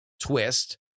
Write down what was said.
twist